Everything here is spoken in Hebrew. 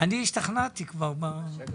אני חש פעמיים לא בסדר,